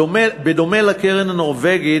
בדומה לקרן הנורבגית,